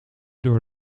door